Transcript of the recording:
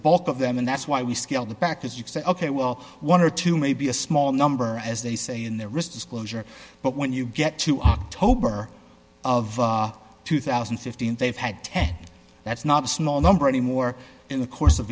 bulk of them and that's why we scaled back as you've said ok well one or two may be a small number as they say in their risk disclosure but when you get to october of two thousand and fifteen they've had ten that's not a small number anymore in the course of